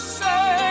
say